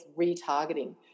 retargeting